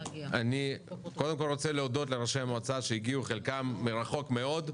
כל רוצה להודות לראשי המועצות שחלקם הגיעו מרחוק מאוד,